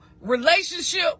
relationship